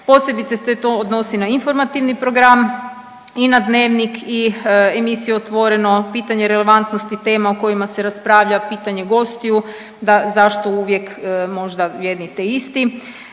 Posebice se to odnosi na informativni program i na dnevnik i emisije Otvoreno, pitanje relevantnosti tema o kojima se raspravlja, pitanje gostiju da zašto uvijek možda jedni te isti.